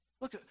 Look